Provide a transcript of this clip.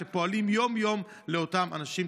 שפועלים יום-יום למען אותם אנשים.